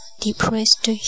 depressed